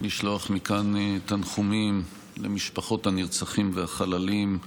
לשלוח מכאן תנחומים למשפחות הנרצחים והחללים,